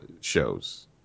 shows